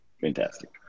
Fantastic